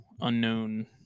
unknown